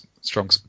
strong